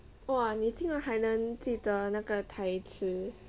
!wah! 你竟然还能记得那个台词